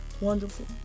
wonderful